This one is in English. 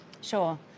sure